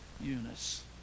Eunice